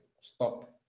stop